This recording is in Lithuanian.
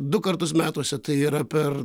du kartus metuose tai yra per